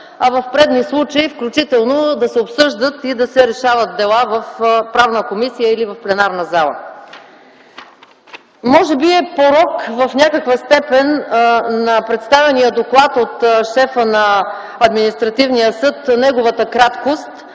а в предни случаи, включително да се обсъждат и да се решават дела в Правната комисия или в пленарната зала. Може би е порок в някаква степен на представения доклад от шефа на административния съд неговата краткост,